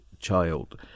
child